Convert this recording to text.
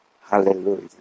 Hallelujah